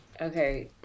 okay